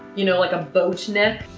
you know like a boat neck?